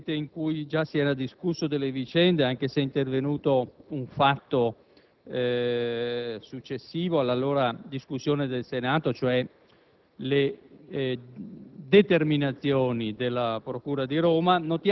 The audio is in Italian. Signor Presidente, anche in questa occasione come in quella precedente in cui già si era discusso della vicenda, anche se è intervenuto un fatto successivo alla discussione di allora del Senato, cioè